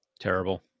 terrible